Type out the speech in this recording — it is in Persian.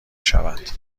شود